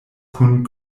kun